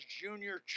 junior